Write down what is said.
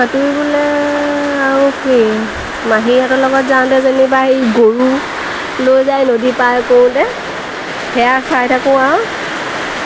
সাঁতুৰিবলৈ আৰু কি মাহীহঁতৰ লগত যাওঁতে যেনিবা এই গৰু লৈ যায় নদী পাৰ কৰোঁতে সেয়া চাই থাকোঁ আৰু